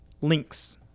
links